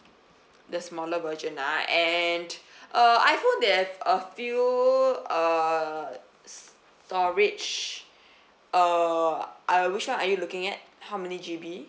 the smaller version ah and uh iphone they have a few uh s~ storage uh uh which [one] are you looking at how many G_B